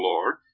Lord